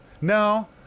No